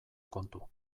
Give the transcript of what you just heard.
kontu